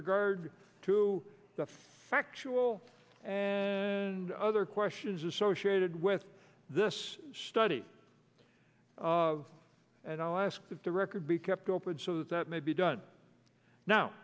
regard to the factual and other questions associated with this study of and i'll ask that the record be kept open so that that may be done now